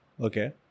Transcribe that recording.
Okay